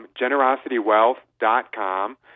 generositywealth.com